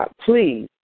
Please